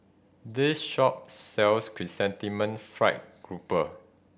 this shop sells Chrysanthemum Fried Grouper